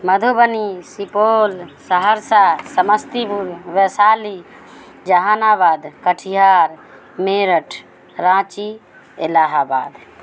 Madhubani Supaul Saharsa Samastipur Vaishali Jehanabad کٹار میرٹھ رانچی الہ آباد